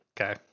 okay